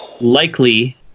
Likely